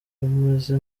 umeze